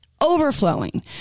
overflowing